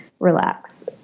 relax